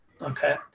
Okay